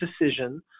decision